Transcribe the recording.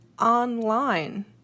online